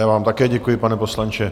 Já vám také děkuji, pane poslanče.